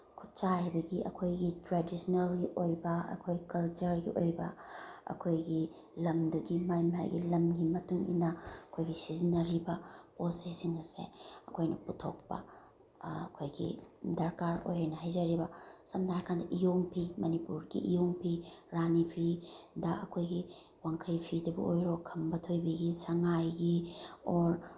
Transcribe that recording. ꯈꯨꯠ ꯁꯥ ꯍꯩꯕꯒꯤ ꯑꯩꯈꯣꯏꯒꯤ ꯇ꯭ꯔꯦꯗꯤꯁꯅꯦꯜꯒꯤ ꯑꯣꯏꯕ ꯑꯩꯈꯣꯏ ꯀꯜꯆꯔꯒꯤ ꯑꯣꯏꯕ ꯑꯩꯈꯣꯏꯒꯤ ꯂꯝꯗꯨꯒꯤ ꯃꯥꯒꯤ ꯃꯥꯒꯤ ꯂꯝꯒꯤ ꯃꯇꯨꯡꯏꯟꯅ ꯑꯩꯈꯣꯏꯒꯤ ꯁꯤꯖꯤꯟꯅꯔꯤꯕ ꯄꯣꯠ ꯆꯩꯁꯤꯡ ꯑꯁꯦ ꯑꯩꯈꯣꯏꯅ ꯄꯨꯊꯣꯛꯄ ꯑꯩꯈꯣꯏꯒꯤ ꯗꯔꯀꯥꯔ ꯑꯣꯏꯅ ꯍꯥꯖꯔꯤꯕ ꯁꯝꯅ ꯍꯥꯏ ꯀꯥꯟꯗ ꯏꯌꯣꯡ ꯐꯤ ꯃꯅꯤꯄꯨꯔꯒꯤ ꯏꯌꯣꯡ ꯐꯤ ꯔꯥꯅꯤ ꯐꯤꯗ ꯑꯩꯈꯣꯏꯒꯤ ꯋꯥꯡꯈꯩ ꯐꯤꯗꯕꯨ ꯑꯣꯏꯔꯣ ꯊꯝꯕ ꯊꯣꯏꯕꯤꯒꯤ ꯁꯉꯥꯏꯒꯤ ꯑꯣꯔ